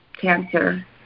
cancer